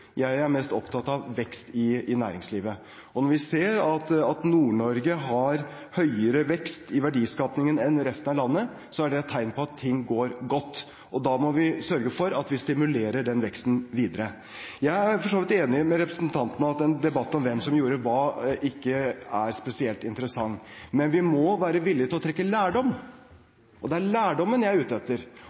Jeg er mest opptatt av vekst i næringslivet. Når vi ser at Nord-Norge har høyere vekst i verdiskapingen enn resten av landet, er det et tegn på at det går godt, og da må vi sørge for at vi stimulerer den veksten videre. Jeg er for så vidt enig med representanten i at en debatt om hvem som gjorde hva, ikke er spesielt interessant, men vi må være villig til å trekke lærdom. Det er lærdommen jeg er ute etter,